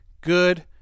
good